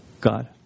God